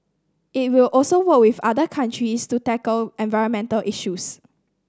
it will also work with other countries to tackle environmental issues